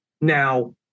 Now